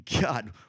God